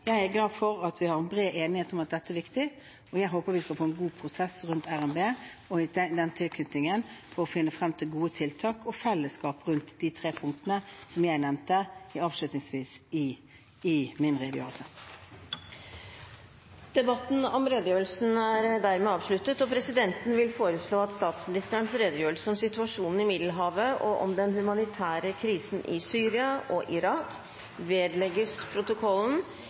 Jeg er glad for at vi har bred enighet om at dette er viktig, og jeg håper vi skal få en god prosess rundt RNB og den tilknytningen for å finne frem til gode tiltak og fellesskap rundt de tre punktene som jeg nevnte avslutningsvis i min redegjørelse. Debatten om statsministerens redegjørelse er dermed avsluttet. Presidenten vil foreslå at statsministerens redegjørelse om situasjonen i Middelhavet og om den humanitære krisen i Syria og Irak vedlegges protokollen.